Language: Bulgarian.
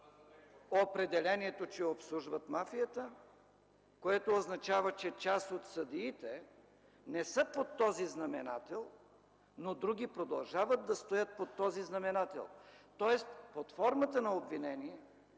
Определението, че обслужват мафията, което означава, че част от съдиите не са под този знаменател, но други продължават да стоят под този знаменател?! Тоест, под формата на обвинение